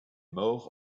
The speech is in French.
mort